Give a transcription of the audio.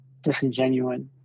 disingenuine